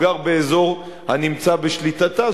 הוא גר באזור הנמצא בשליטתה,